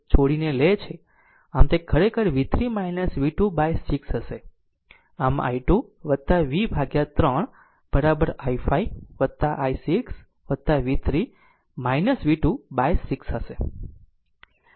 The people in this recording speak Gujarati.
આમ તે ખરેખર v3 v2 by 6 હશે આમ i 2 v 3 i5 i6 v3 v2 by 6 છે